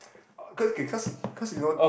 cause K cause cause you know